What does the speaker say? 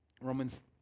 Romans